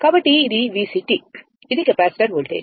కాబట్టి ఇది VC ఇది కెపాసిటర్ వోల్టేజ్